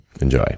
Enjoy